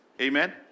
Amen